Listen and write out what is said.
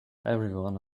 everyone